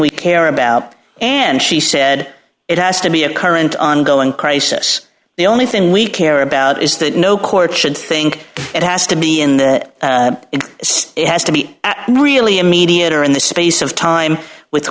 we care about and she said it has to be a current ongoing crisis the only thing we care about is that no court should think it has to be in the end it has to be really immediate or in the space of time with